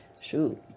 shoot